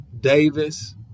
Davis